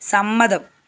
സമ്മതം